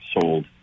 sold